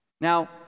Now